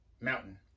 mountain